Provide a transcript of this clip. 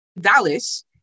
Dallas